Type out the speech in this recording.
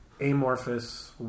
amorphous